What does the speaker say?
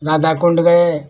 राधा कुंड गए